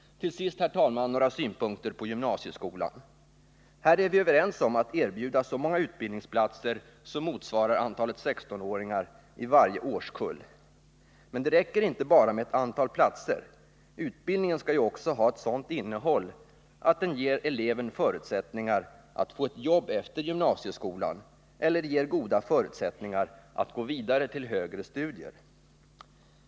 Till sist, herr talman, några synpunkter på gymnasieskolan. Här är vi överens om att erbjuda så många utbildningsplatser som motsvarar antalet 16-åringar i varje årskull. Men det räcker inte bara med ett antal platser; utbildningen skall ju också ha ett sådant innehåll att den ger eleven förutsättningar att få ett jobb efter gymnasieskolan eller ger goda förutsättningar att gå vidare till högre studier.